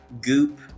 goop